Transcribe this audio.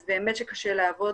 אז באמת קשה לעבוד.